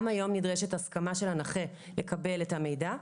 גם היום נדרשת הסכמה של הנכה לקבל את המידע.